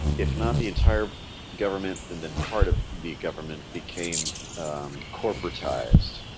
if not the entire government and then part of the government became corporatized